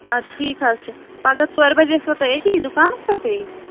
اَدٕ ٹھیٖک حظ چھُ پگہہ ژورِ بَجہ ٲسوٕ تُہۍ أتی دُکانس پٮ۪ٹھٕے